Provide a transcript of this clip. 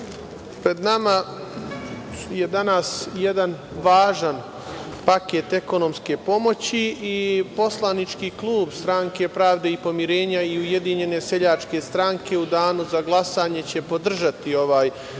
pred nama je danas jedan važan paket ekonomske pomoći i Poslanički klub Stranke pravde i pomirenja i Ujedinjene seljačke stranke u danu za glasanje će podržati ovaj